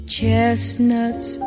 Chestnuts